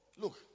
look